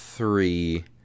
three